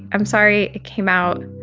i'm sorry. it came out.